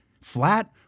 flat